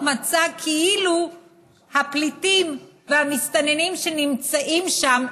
מצג כאילו הפליטים והמסתננים שנמצאים שם,